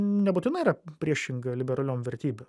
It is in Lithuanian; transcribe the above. nebūtinai yra priešinga liberaliom vertybėm